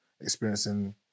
experiencing